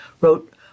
wrote